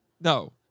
No